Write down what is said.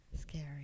Scary